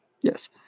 yes